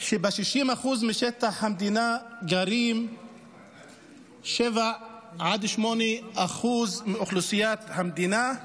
שב-60% משטח המדינה גרים 7% עד 8% מאוכלוסיית המדינה,